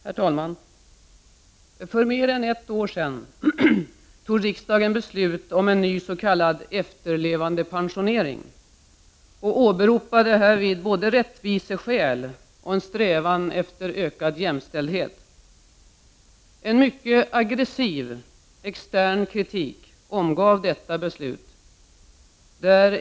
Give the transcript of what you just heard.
Herr talman! För mer än ett år sedan fattade riksdagen beslut om en ny s.k. efterlevandepensionering och åberopade därvid både rättviseskäl och en strävan efter ökad jämställdhet. En mycket aggressiv extern kritik omgav detta beslut.